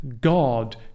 God